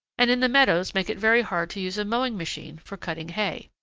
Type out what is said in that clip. and in the meadows make it very hard to use a mowing machine for cutting hay.